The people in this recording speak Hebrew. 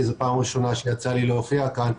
כי זאת פעם ראשונה שיוצא לי להופיע כאן.